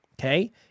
okay